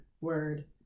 word